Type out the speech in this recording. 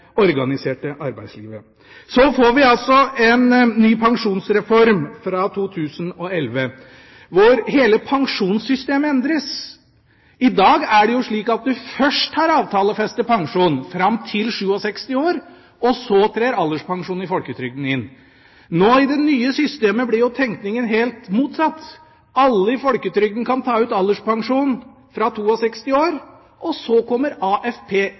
slik at en først har avtalefestet pensjon fram til 67 år, og så trer alderspensjonen i folketrygden inn. I det nye systemet blir tenkningen helt motsatt. Alle i folketrygden kan ta ut alderspensjon fra 62 år, og så kommer AFP